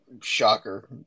Shocker